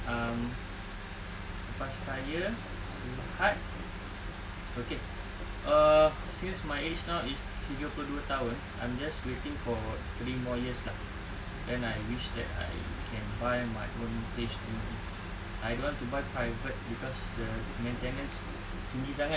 um lepas kaya sihat okay err since my age now is tiga puluh dua tahun I'm just waiting for three more years lah then I wish that I can buy my own H_D_B I don't want to buy private cause the maintenance tinggi sangat